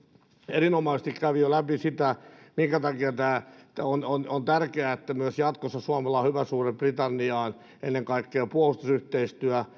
erinomaisesti kävi jo läpi sitä minkä takia on on tärkeää että myös jatkossa suomella on hyvä suhde britanniaan ennen kaikkea puolustusyhteistyön